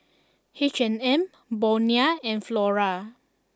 H and M Bonia and Flora